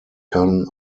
keinen